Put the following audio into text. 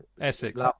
essex